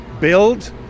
build